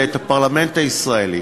את הפרלמנט הישראלי,